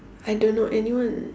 I don't know anyone